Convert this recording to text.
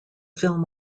film